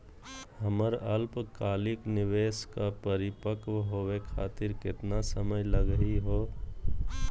हमर अल्पकालिक निवेस क परिपक्व होवे खातिर केतना समय लगही हो?